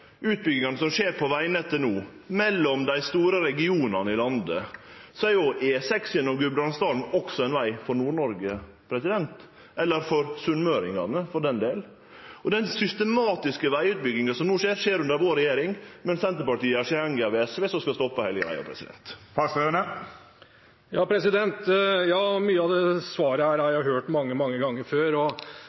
utbyggingane som skjer på vegnettet no, mellom dei store regionane i landet, er jo E6 gjennom Gudbrandsdalen også ein veg for Nord-Norge – eller for sunnmøringane, for den del. Og den systematiske vegutbygginga som no skjer, skjer under vår regjering. Men Senterpartiet gjer seg avhengig av SV, som vil stoppe heile greia. Ja, mye av dette svaret har jeg hørt mange, mange ganger før. Det er ikke noen tvil om at det er mye penger som brukes til samferdselsprosjekter, og